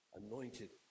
anointed